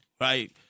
right